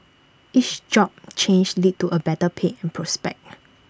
each job change lead to A better pay and prospects